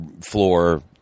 floor